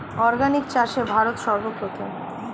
organic চাষে ভারত সর্বপ্রথম